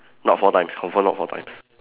not four times confirm not four times